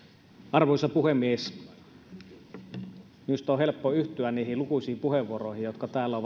arvoisa puhemies minusta on helppo yhtyä niihin lukuisiin puheenvuoroihin joissa täällä